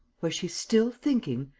was she still thinking,